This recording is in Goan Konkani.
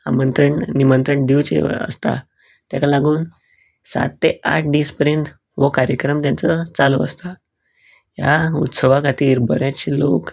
आमंत्रण निमंत्रण दिवचे आसता तेका लागून सात ते आठ दिस पर्येंत हो कार्यक्रम तेंचो चालू आसता ह्या उत्सवा खातीर बरेचशें लोक